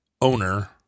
owner